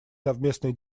совместные